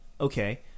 Okay